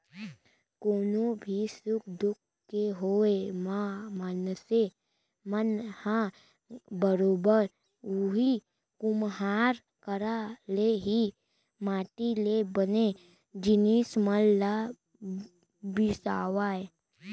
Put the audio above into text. कोनो भी सुख दुख के होय म मनसे मन ह बरोबर उही कुम्हार करा ले ही माटी ले बने जिनिस मन ल बिसावय